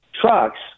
trucks